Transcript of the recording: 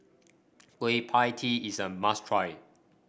Kueh Pie Tee is a must try